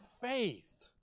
faith